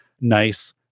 nice